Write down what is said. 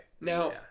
Now